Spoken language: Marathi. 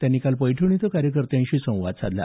त्यांनी काल पैठण इथं कार्यकर्त्यांशी संवाद साधला